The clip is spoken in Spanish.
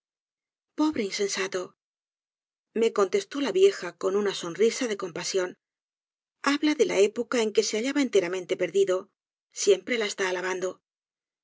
pobre insensato me contestó la vieja con una sonrisa de compasión habla de la época en que se hallaba enteramente perdido siempre la está alabando